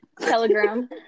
Telegram